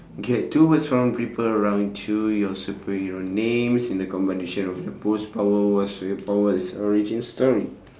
get two strong people around to your superhero names in the competition of the post power war superpower origin story